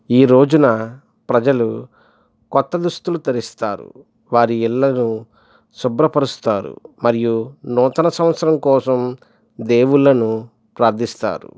ఈ రోజున ప్రజలు కొత్త దుస్తులు తరిస్తారు వారి ఇళ్ళను శుభ్రపరుస్తారు మరియు నూతన సంవత్సర కోసం దేవుళ్ళను ప్రార్థిస్తారు